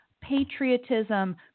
patriotism